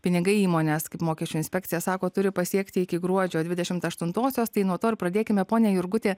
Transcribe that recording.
pinigai įmones kaip mokesčių inspekcija sako turi pasiekti iki gruodžio dvidešim aštuntosios tai nuo to ir pradėkime pone jurguti